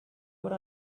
what